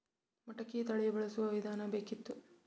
ಮಟಕಿ ತಳಿ ಬಳಸುವ ವಿಧಾನ ಬೇಕಿತ್ತು?